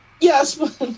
yes